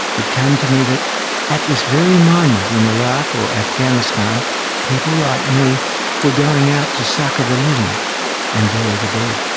it came to me that at this very moment in iraq or afghanistan people like me were going out to succour the living and bury the dead.